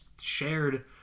shared